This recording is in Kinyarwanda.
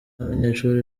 n’abanyeshuri